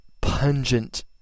pungent